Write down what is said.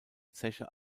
zeche